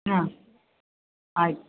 ಹಾಂ ಆಯ್ತು